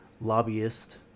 lobbyist